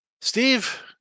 Steve